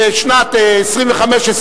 בשנת 2525